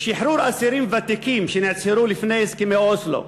שחרור אסירים ותיקים שנאסרו לפני הסכמי אוסלו,